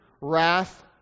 wrath